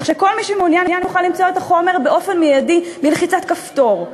כך שכל מי שמעוניין יוכל למצוא את החומר באופן מיידי בלחיצת כפתור.